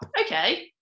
okay